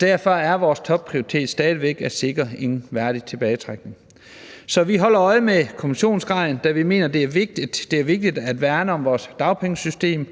Derfor er vores topprioritet stadig væk at sikre en værdig tilbagetrækning. Vi holder øje med dækningsgraden, da vi mener, at det er vigtigt at værne om vores dagpengesystem.